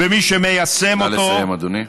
ומי שמיישם אותו, נא לסיים, אדוני.